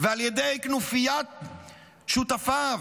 ועל ידי כנופיית שותפיו.